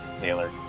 Taylor